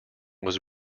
was